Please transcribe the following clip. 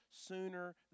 sooner